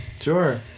Sure